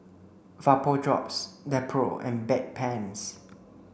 Vapodrops Nepro and Bedpans